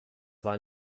war